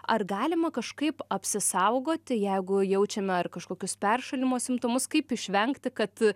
ar galima kažkaip apsisaugoti jeigu jaučiame ar kažkokius peršalimo simptomus kaip išvengti kad